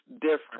different